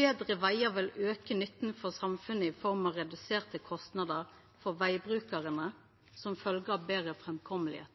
Betre vegar vil auka nytten for samfunnet i form av reduserte kostnader for vegbrukarane som følgje av betre